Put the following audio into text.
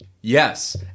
Yes